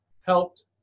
helped